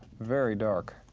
very dark.